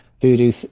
voodoo